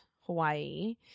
hawaii